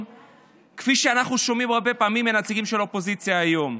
כפי שאנחנו שומעים הרבה פעמים מהנציגים של האופוזיציה היום.